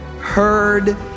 heard